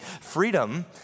Freedom